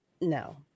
No